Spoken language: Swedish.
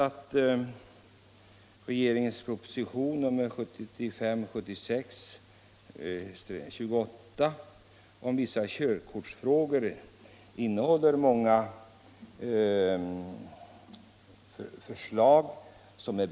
Regeringens proposition 1975/76:155 om vissa körkortsfrågor innehåller många bra förslag.